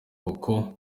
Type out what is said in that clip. koko